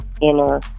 inner